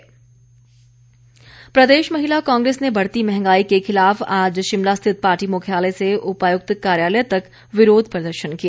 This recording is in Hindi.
महिला कांग्रेस प्रदेश महिला कांग्रेस ने बढ़ती मंहगाई के खिलाफ आज शिमला स्थित पार्टी मुख्यालय से उपायुक्त कार्यालय तक विरोध प्रदर्शन किया